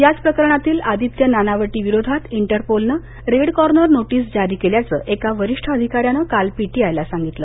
याच प्रकरणातील आदित्य नानावटी विरोधात इंटरपोलनं रेड कॉर्नर नोटीस जारी केल्याचं एका वरिष्ठ अधिकाऱ्यांनी काल पीटीआयला सांगितलं